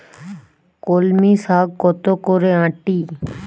কলমি শাখ কত করে আঁটি?